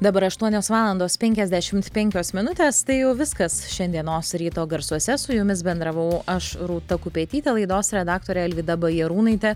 dabar aštuonios valandos penkiasdešimt penkios minutės tai jau viskas šiandienos ryto garsuose su jumis bendravau aš rūta kupetytė laidos redaktorė alvyda bajarūnaitė